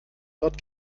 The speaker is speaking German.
dort